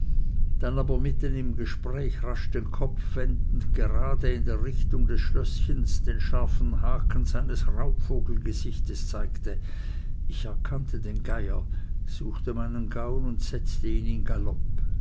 dann aber mitten im gespräche rasch den kopf drehend gerade in der richtung des schlößchens den scharfen haken seines raubvogelgesichtes zeigte ich erkannte den geier suchte meinen gaul und setzte ihn in galopp